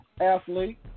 Athlete